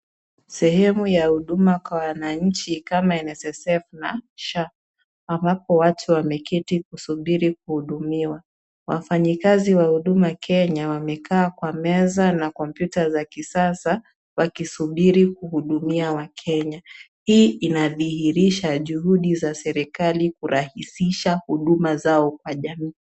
Sehemu ya huduma ya wananchi ka NSSF na SHA ambapo watu wameketi wakisubiri kuhudumiwa. Wafanyikazi wa Huduma Kenya wamekaa kwa meza yenye kompyuta za kisasa wakisubiri kuhudumia wakenya. Hii inadhihirisha juhudi za serikali kurahisisha huduma zao kwa jamii.